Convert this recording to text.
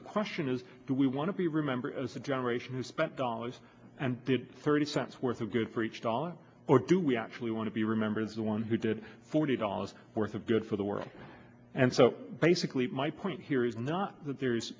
the question is do we want to be remembered as the generation who spent dollars and did thirty cents worth of good for each dollar or do we actually want to be remembered as the one who did forty dollars worth of good for the world and so basically my point here is not that there